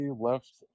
left